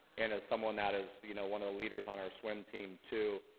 and is someone that is you know one of the leaders on our swim team, too.